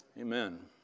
Amen